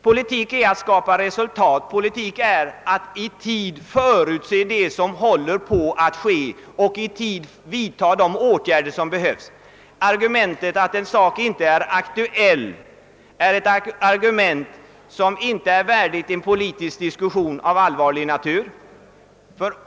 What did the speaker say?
Politik är att skapa resultat, politik är att i tid förutse det som håller på att ske och att i tid vidta de åtgärder som behövs. Argumentet att en sak inte är aktuell är ett argument som inte är värdigt en politisk diskussion av allvarlig natur.